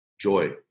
joy